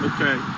Okay